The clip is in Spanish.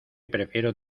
prefiero